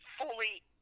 fully